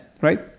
right